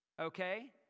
okay